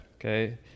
Okay